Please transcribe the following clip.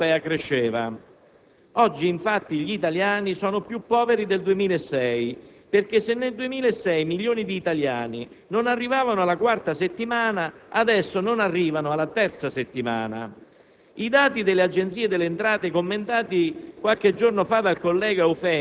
determinando una fase recessiva proprio mentre l'economia mondiale ed europea cresceva. Oggi, infatti, gli italiani sono più poveri del 2006, perché se nel 2006 milioni di italiani non arrivavano alla quarta settimana del mese, adesso non arrivano alla terza settimana.